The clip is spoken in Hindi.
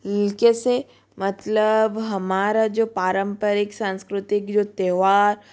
कैसे मतलब हमारा जो पारंपरिक संस्कृतिक जो त्योहार